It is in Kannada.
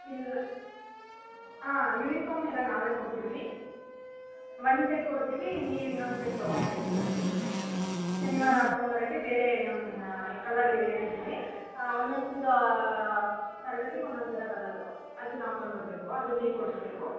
ಇಲ್ಲ ಹಾಂ ಯುನಿಫಾಮು ಎಲ್ಲ ನಾವೇ ಕೊಡ್ತೀವಿ ಒನ್ ಸೆಟ್ ಕೊಡ್ತೀವಿ ನೀವು ಇನ್ನೊಂದು ಸೆಟ್ ತಗೊಳ್ಬೇಕು ಶನಿವಾರ ಹಾಕೊಂಬರಕೆ ಬೇರೆ ಕಲರ್ ಹೇಳಿದ್ದೀವಿ ಒಂದೊಂದು ತರಗತಿಗೆ ಒಂದೊಂದು ಥರ ಕಲರು ಅದನ್ನು ಹಾಕೊಂಡ್ ಬರಬೇಕು ಅದು ನೀವು ಕೊಡಿಸ್ಬೇಕು